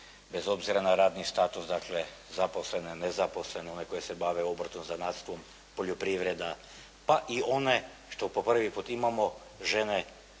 bez obzira na radni status, dakle zaposlene, nezaposlene, one koje se bave obrtom, zanatstvom, poljoprivreda pa i one, što po prvi put imamo, žene